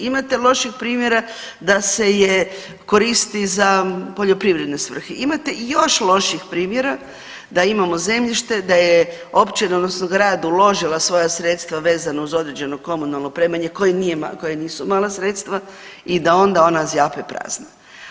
Imate loših primjera da se je koristi za poljoprivredne svrhe, imate još loših primjera da imamo zemljište da je općina odnosno grad uložila svoja sredstva vezano uz određeno komunalno opremanje koje nisu mala sredstva i da onda ona zjape prazna.